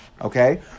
Okay